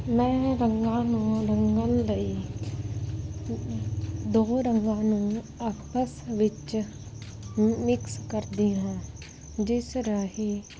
ਮੈਂ ਰੰਗਾਂ ਨੂੰ ਰੰਗਣ ਲਈ ਦੋ ਰੰਗਾਂ ਨੂੰ ਆਪਸ ਵਿੱਚ ਮਿਕਸ ਕਰਦੀ ਹਾਂ ਜਿਸ ਰਾਹੀਂ